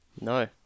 No